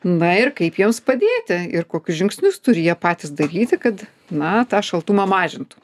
na ir kaip jiems padėti ir kokius žingsnius turi jie patys daryti kad na tą šaltumą mažintų